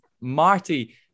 Marty